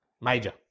Major